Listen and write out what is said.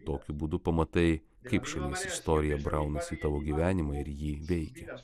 tokiu būdu pamatai kaip šeimos istorija braunasi į tavo gyvenimą ir jį veikia